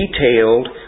detailed